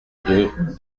deux